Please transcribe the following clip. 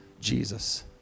Jesus